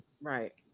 Right